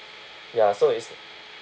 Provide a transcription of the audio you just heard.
ya so it's